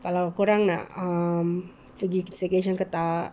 kalau korang nak um pergi staycation ke tak